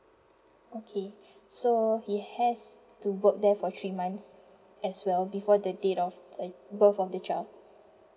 okay so he has to work there for three months as well before the date of the birth of the child